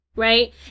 Right